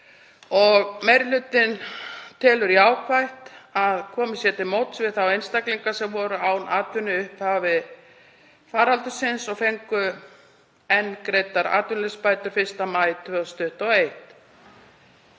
Meiri hlutinn telur jákvætt að komið sé til móts við þá einstaklinga sem voru án atvinnu í upphafi faraldursins og fengu enn greiddar atvinnuleysisbætur 1. maí 2021.